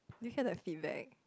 do you hear the feedback